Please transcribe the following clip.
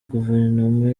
guverinoma